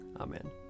Amen